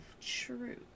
truth